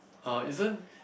ah isn't